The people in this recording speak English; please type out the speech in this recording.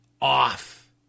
off